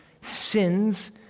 sins